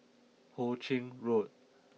Ho Ching Road